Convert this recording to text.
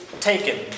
taken